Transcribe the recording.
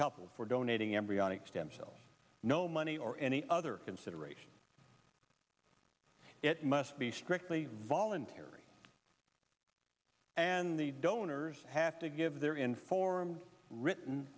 couple for donating embryonic stem cells no money or any other consideration it must be strictly voluntary and the donors have to give their informed written